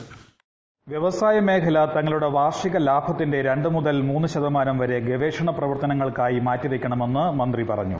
voice വ്യവസായ മേഖല തങ്ങളുടെ വാർഷിക്ക് ലീാഭത്തിന്റെ രണ്ട് മുതൽ മൂന്ന് ശതമാനം വരെ ഗവേഷ്ട്ര്ന്ന് പ്രവർത്തനങ്ങൾക്കായി മാറ്റിവയ്ക്കണമെന്ന് മന്ത്രി പറഞ്ഞു